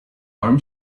arm